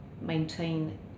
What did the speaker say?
maintain